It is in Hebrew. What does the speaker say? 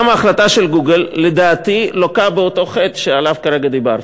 גם ההחלטה של "גוגל" לדעתי לוקה באותו חטא שעליו כרגע דיברתי,